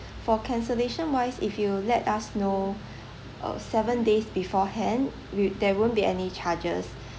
for cancellation wise if you let us know uh seven days beforehand we there won't be any charges